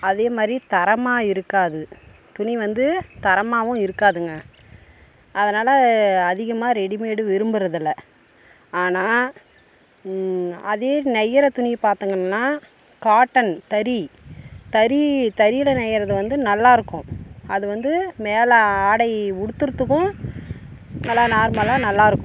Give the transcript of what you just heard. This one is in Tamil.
அதே மாதிரி தரமாக இருக்காது துணி வந்து தரமாகவும் இருக்காதுங்க அதனால் அதிகமாக ரெடிமேடு விரும்புறதில்லை ஆனால் அதே நெய்யற துணி பார்த்தீங்கள்னா காட்டன் தறி தறி தறியில நெய்யறது வந்து நல்லாருக்கும் அது வந்து மேலே ஆடை உடுத்துருத்துக்கும் நல்லா நார்மலாக நல்லாருக்கும்